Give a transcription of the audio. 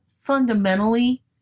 fundamentally